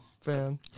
fan